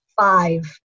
five